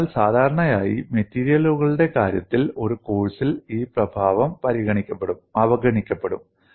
അതിനാൽ സാധാരണയായി മെറ്റീരിയലുകളുടെ കരുത്തിൽ ഒരു കോഴ്സിൽ ഈ പ്രഭാവം അവഗണിക്കപ്പെടും